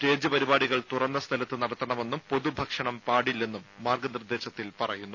stage പരിപാടികൾ തുറന്ന സ്ഥലത്ത് നടത്തണമെന്നും പൊതു ഭക്ഷണം പാടില്ലെന്നും മാർഗനിർദേശത്തിൽ പറയുന്നു